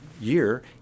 year